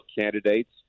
candidates